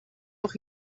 auch